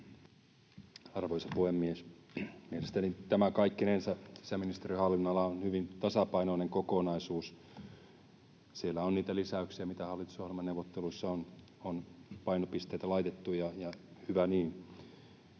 Arvoisa puhemies! Mielestäni kaikkinensa tämä sisäministeriön hallinnonala on hyvin tasapainoinen kokonaisuus. Siellä on niitä lisäyksiä, mitä painopisteitä hallitusohjelmaneuvotteluissa on laitettu, ja hyvä niin.